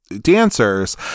dancers